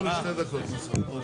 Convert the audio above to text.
דקות.